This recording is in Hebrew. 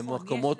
נכון.